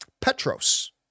Petros